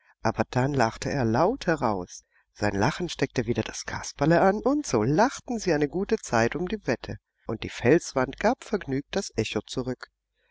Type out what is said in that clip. aber dann lachte er laut heraus sein lachen steckte wieder das kasperle an und so lachten sie eine gute zeit um die wette und die felswand gab vergnügt das echo zurück